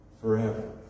Forever